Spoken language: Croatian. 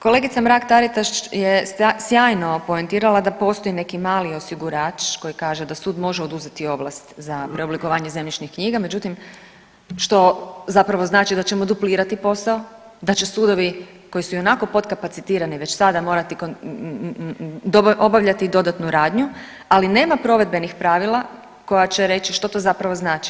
Kolegica Mrak Taritaš je sjajno poentirala da postoji neki mali osigurač koji kaže da sud može oduzeti ovlast za preoblikovanje zemljišnih knjiga, međutim što zapravo znači da ćemo duplirati posao, da će sudovi koji su i onako potkapacitirani već sada morati obavljati dodatnu radnju, ali nema provedbenih pravila koja će reći što to zapravo znači.